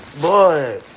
Boy